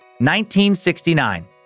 1969